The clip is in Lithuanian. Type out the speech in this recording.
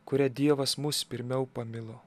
kuria dievas mus pirmiau pamilo